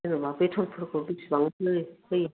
जेनेबा बेथनफोरखौ बेसेबां होयो